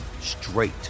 straight